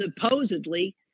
supposedly